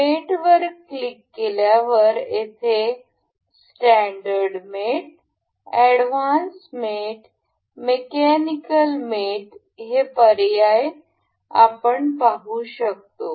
मेट वर क्लिक केल्यावर येथे standard mat advanced mat mechanical mat हे पर्याय आपण पाहू शकतो